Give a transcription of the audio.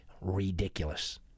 Ridiculous